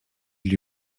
lui